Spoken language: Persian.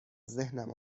ذهنم